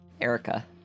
Erica